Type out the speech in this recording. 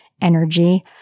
energy